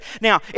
Now